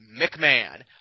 McMahon